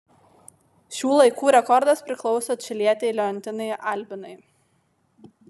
šių laikų rekordas priklauso čilietei leontinai albinai